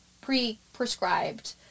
pre-prescribed